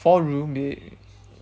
four room babe